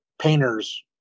painter's